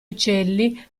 uccelli